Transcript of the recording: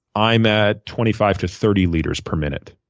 i'm at twenty five to thirty liters per minute.